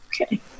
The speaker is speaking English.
Okay